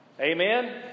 Amen